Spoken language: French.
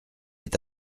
est